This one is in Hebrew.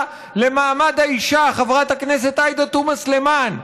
למעמד האישה חברת הכנסת עאידה תומא סלימאן,